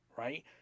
right